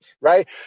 right